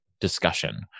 discussion